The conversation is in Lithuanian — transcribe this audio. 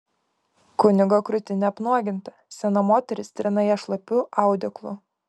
kunigo krūtinė apnuoginta sena moteris trina ją šlapiu audeklu